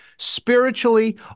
spiritually